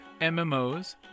MMOs